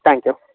thank you